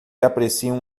apreciam